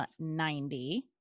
90